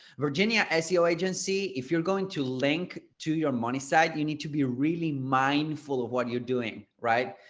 virginia seo agency, if you're going to link to your money site, you need to be really mindful of what you're doing, right?